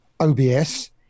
OBS